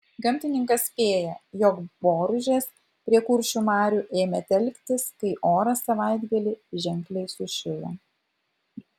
gamtininkas spėja jog boružės prie kuršių marių ėmė telktis kai oras savaitgalį ženkliai sušilo